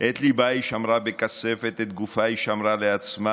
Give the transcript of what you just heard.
את ליבה היא שמרה בכספת / את גופה היא שמרה לעצמה